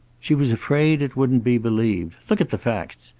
she was afraid it wouldn't be believed. look at the facts.